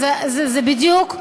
זה בדיוק,